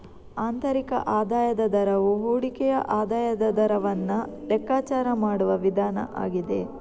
ಆಂತರಿಕ ಆದಾಯದ ದರವು ಹೂಡಿಕೆಯ ಆದಾಯದ ದರವನ್ನ ಲೆಕ್ಕಾಚಾರ ಮಾಡುವ ವಿಧಾನ ಆಗಿದೆ